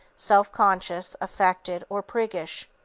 self-conscious, affected, or priggish.